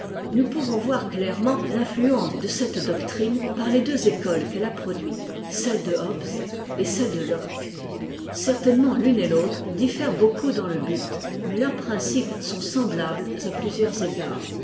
nous pouvons voir clairement l'influence de cette doctrine par les deux écoles qu'elle a produites celle de hobbes et celle de locke certainement l'une et l'autre diffèrent beaucoup dans le but mais leurs principes sont semblables à plusieurs égards